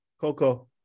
Coco